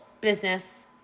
business